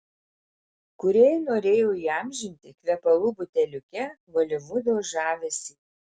kūrėjai norėjo įamžinti kvepalų buteliuke holivudo žavesį